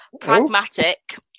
pragmatic